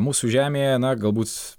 mūsų žemėje na galbūt